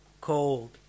cold